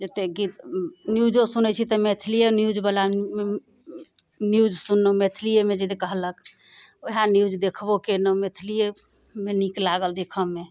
जतेक गीत न्यूजो सुनै छी तऽ मैथिलिए न्यूजवला न्यूज सुनलहुँ मैथिलिएमे जे कहलक वएह न्यूज देखबो केलहुँ मैथिलिएमे नीक लागल देखऽमे